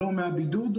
שלום מהבידוד.